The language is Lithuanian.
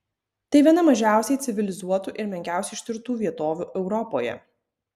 tai viena mažiausiai civilizuotų ir menkiausiai ištirtų vietovių europoje